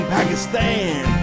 Pakistan